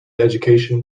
education